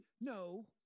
no –